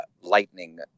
lightning